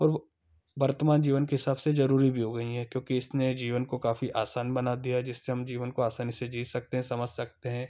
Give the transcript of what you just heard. और वो वर्तमान जीवन के हिसाब से जरूरी भी हो गईं हैं क्योंकि इसने जीवन को काफ़ी आसान बना दिया है जिससे हम जीवन को आसानी से जी सकते हैं समझ सकते हैं